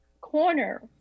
corner